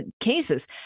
cases